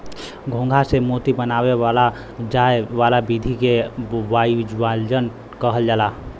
घोंघा से मोती बनाये जाए वाला विधि के बाइवाल्वज कहल जाला